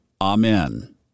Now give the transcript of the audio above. Amen